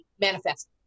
manifest